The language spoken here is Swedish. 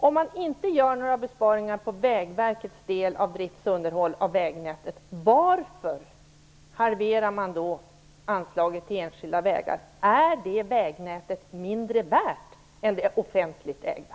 Om man inte gör några besparingar på Vägverkets del av vägnätets drift och underhåll, varför halverar man då anslaget till enskilda vägar? Är det vägnätet mindre värt än det offentligt ägda?